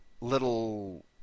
little